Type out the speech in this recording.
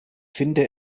finde